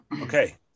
okay